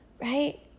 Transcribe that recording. Right